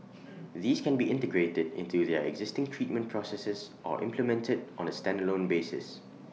these can be integrated into their existing treatment processes or implemented on A standalone basis